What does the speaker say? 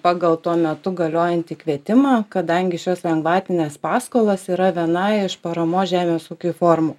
pagal tuo metu galiojantį kvietimą kadangi šios lengvatinės paskolos yra viena iš paramos žemės ūkiui formų